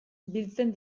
biltzen